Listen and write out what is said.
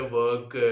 work